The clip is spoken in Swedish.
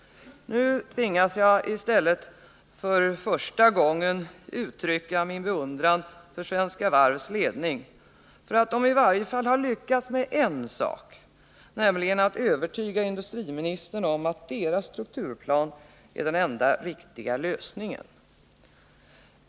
Nu får jag i stället för första gången uttrycka min beundran för Svenska Varvs ledning för att man i varje fall har lyckats med en sak, nämligen att övertyga industriministern om att ledningens strukturplan är den enda riktiga lösningen.